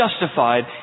justified